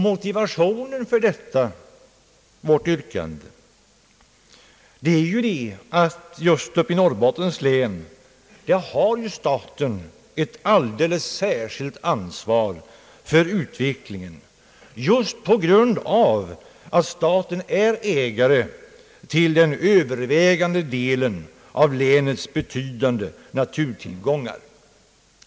Motiveringen för detta vårt yrkande är att staten i Norrbottens län har ett särskilt ansvar för utvecklingen på grund av att staten är ägare till den övervägande delen av länets stora naturtillgångar.